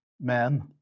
men